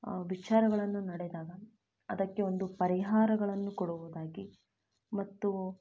ವಿಚಾರಗಳನ್ನು ನಡೆದಾಗ ಅದಕ್ಕೆ ಒಂದು ಪರಿಹಾರಗಳನ್ನು ಕೊಡುವುದಾಗಿ ಮತ್ತು